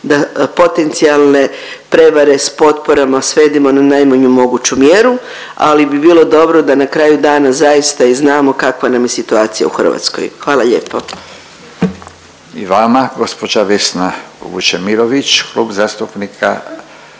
da potencijalne prevare s potporama svedemo na najmanju moguću mjeru, ali bi bilo dobro da na kraju dana zaista i znamo kakva nam je situacija u Hrvatskoj, hvala lijepo. **Radin, Furio (Nezavisni)** I vama.